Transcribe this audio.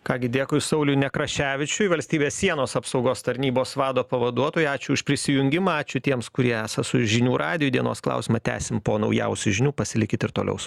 ką gi dėkui sauliui nekraševičiui valstybės sienos apsaugos tarnybos vado pavaduotojui ačiū už prisijungimą ačiū tiems kurie esą su žinių radijo dienos klausimą tęsim po naujausių žinių pasilikit ir toliau